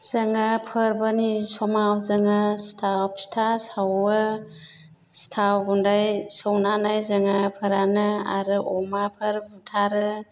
जोङो फोरबोनि समाव जोङो सिथाव फिथा सावो सिथाव गुन्दै संनानै जोङो फोरानो आरो अमाफोर बुथारो